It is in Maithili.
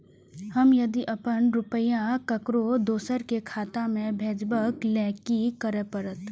हम यदि अपन रुपया ककरो दोसर के खाता में भेजबाक लेल कि करै परत?